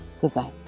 goodbye